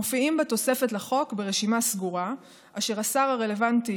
מופיעים בתוספת לחוק ברשימה סגורה אשר השר הרלוונטי